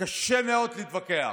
קשה מאוד להתווכח.